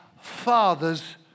father's